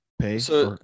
pay